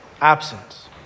absence